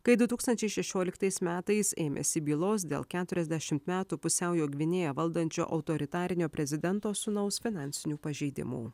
kai du tūkstančiai šešioliktais metais ėmėsi bylos dėl keturiasdešimt metų pusiaujo gvinėją valdančio autoritarinio prezidento sūnaus finansinių pažeidimų